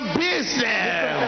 business